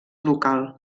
local